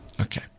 Okay